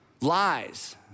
lies